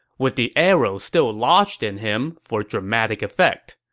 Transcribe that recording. with the arrow still lodged in him for dramatic effect.